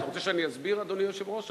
אתה רוצה שאני אסביר, אדוני היושב-ראש?